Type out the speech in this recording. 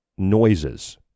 Noises